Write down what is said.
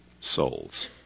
souls